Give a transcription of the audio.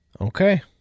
Okay